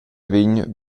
vegn